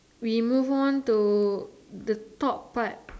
we move on to the top part